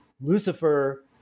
Lucifer